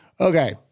Okay